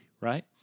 right